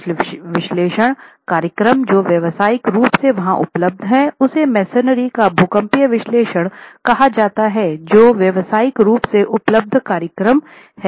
कुछ विश्लेषण कार्यक्रम जो व्यावसायिक रूप से वहां उपलब्ध हैं उसे मेसनरी का भूकंपीय विश्लेषण कहा जाता है जो व्यावसायिक रूप से उपलब्ध कार्यक्रम है